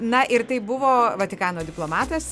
na ir tai buvo vatikano diplomatas